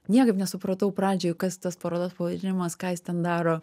niekaip nesupratau pradžioj kas tas parodos pavadinimas ką jis ten daro